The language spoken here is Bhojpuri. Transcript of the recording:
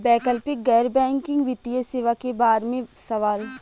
वैकल्पिक गैर बैकिंग वित्तीय सेवा के बार में सवाल?